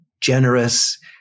generous